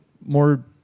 more